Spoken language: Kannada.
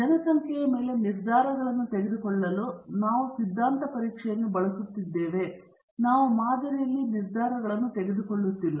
ಜನಸಂಖ್ಯೆಯ ಮೇಲೆ ನಿರ್ಧಾರಗಳನ್ನು ತೆಗೆದುಕೊಳ್ಳಲು ನಾವು ಸಿದ್ಧಾಂತ ಪರೀಕ್ಷೆಯನ್ನು ಬಳಸುತ್ತಿದ್ದೇವೆ ನಾವು ಮಾದರಿಯಲ್ಲಿ ನಿರ್ಧಾರಗಳನ್ನು ತೆಗೆದುಕೊಳ್ಳುತ್ತಿಲ್ಲ